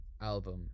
album